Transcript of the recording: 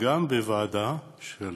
גם בוועדה של